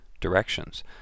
directions